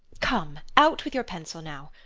come, out with your pencil now.